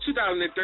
2013